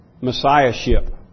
Messiahship